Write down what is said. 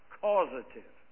causative